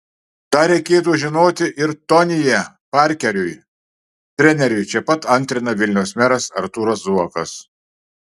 tą reikėtų žinoti ir tonyje parkeriui treneriui čia pat antrina vilniaus meras artūras zuokas